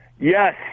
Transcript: yes